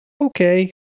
Okay